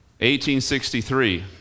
1863